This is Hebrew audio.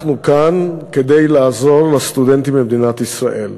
אנחנו כאן כדי לעזור לסטודנטים במדינת ישראל,